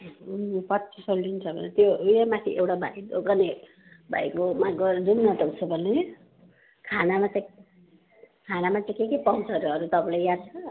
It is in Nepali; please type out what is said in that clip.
पच्चिस सय लिन्छ होला त्यो उयो माथि एउटा दोकाने भाइकोमा गरेर जाऊँ न त उसो भए खानामा चाहिँ खानामा चाहिँ के के पाउँछ हरे अरू तपाईँलाई याद छ